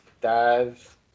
Dive